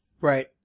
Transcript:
Right